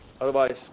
otherwise